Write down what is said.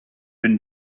been